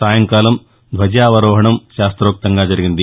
సాయంకాలం ధ్వజావరోహణం శాస్తోక్తంగా సాగింది